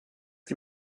die